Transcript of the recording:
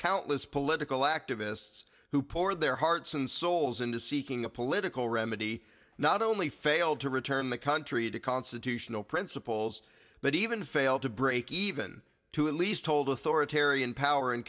countless political activists who pour their hearts and souls into seeking a political remedy not only failed to return the country to constitutional principles but even failed to break even to at least hold authoritarian power and